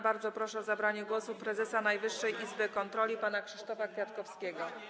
Bardzo proszę o zabranie głosu prezesa Najwyższej Izby Kontroli pana Krzysztofa Kwiatkowskiego.